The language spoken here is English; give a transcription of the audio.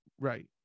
right